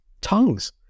tongues